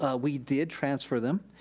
ah we did transfer them.